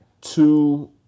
two